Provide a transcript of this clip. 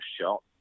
shot